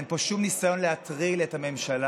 אין פה שום ניסיון להטריל את הממשלה,